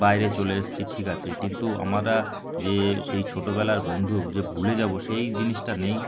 বাইরে চলে এসেছি ঠিক আছে কিন্তু আমরা যে সেই ছোটবেলার বন্ধু যে ভুলে যাব সেই জিনিসটা নেই